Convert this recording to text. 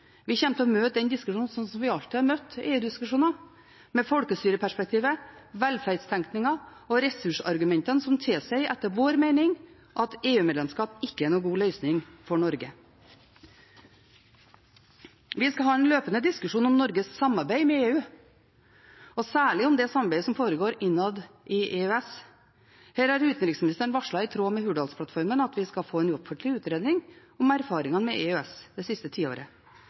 Vi kommer til å møte den diskusjonen som vi alltid har møtt EU-diskusjoner, med folkestyre-perspektivet, velferdstenkningen og ressursargumentene, som etter vår mening tilsier at EU-medlemskap ikke er noen god løsning for Norge. Vi skal ha en løpende diskusjon om Norges samarbeid med EU og særlig om det samarbeidet som foregår innad i EØS. Her har utenriksministeren varslet, i tråd med Hurdalsplattformen, at vi skal få en offentlig utredning om erfaringene med EØS det siste tiåret.